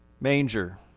manger